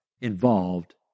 involved